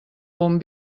bon